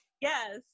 Yes